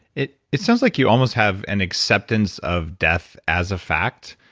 it it sounds like you almost have an acceptance of death as a fact,